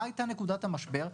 מה הייתה נקודת המשבר?